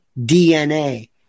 DNA